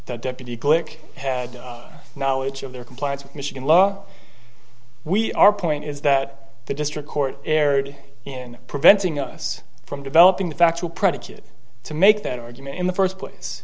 the deputy glick had knowledge of their compliance with michigan law we are point is that the district court erred in preventing us from developing the factual predicate to make that argument in the first place